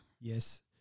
Yes